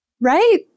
right